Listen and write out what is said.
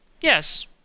Yes